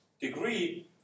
degree